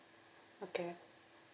okay